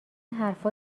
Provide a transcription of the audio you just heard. حرفا